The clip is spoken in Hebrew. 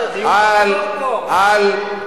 לא מפריעה.